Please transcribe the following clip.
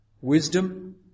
wisdom